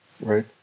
right